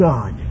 God